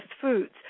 foods